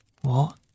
What